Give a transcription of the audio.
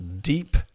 deep